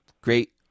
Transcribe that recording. great